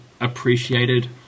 appreciated